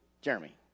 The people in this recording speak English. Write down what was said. Jeremy